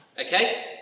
Okay